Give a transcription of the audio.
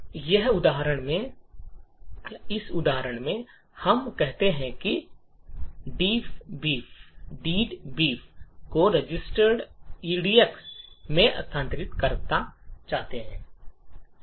इसलिए इस उदाहरण में हम कहते हैं कि हम डेडबीफ "deadbeef" को रजिस्टर एडक्स में स्थानांतरित करना चाहते हैं